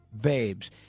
babes